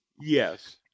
Yes